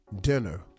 dinner